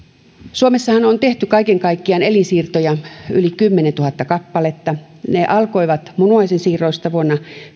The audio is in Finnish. suomessahan on tehty elinsiirtoja kaiken kaikkiaan yli kymmenentuhatta kappaletta ne alkoivat munuaisensiirroista vuonna